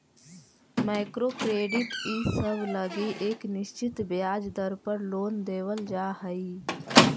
micro credit इसब लगी एक निश्चित ब्याज दर पर लोन देवल जा हई